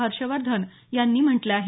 हर्षवर्धन यांनी म्हटलं आहे